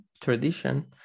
tradition